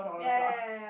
ya ya ya ya ya